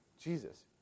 Jesus